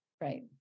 Right